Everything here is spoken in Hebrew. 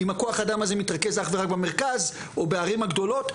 אם כוח האדם הזה מתרכז אך ורק במרכז או בערים הגדולות,